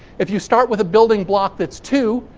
if you start with a building block that's two,